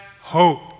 hope